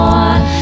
on